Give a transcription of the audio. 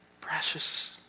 Precious